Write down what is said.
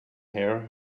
here